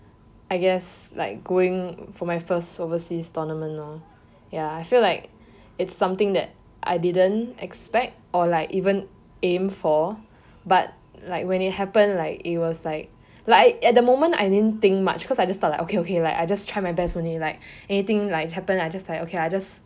I guess like going for my first overseas tournament lor ya I feel like it's something that I didn't expect or like even aim for but like when it happen like it was like like at the moment I didn't think much because I just thought like okay okay like I just try my best only like anything like happen I just like okay I just